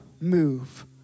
move